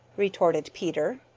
retorted peter.